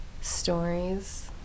stories